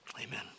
Amen